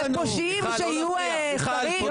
לפושעים שיהיו שרים?